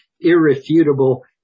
irrefutable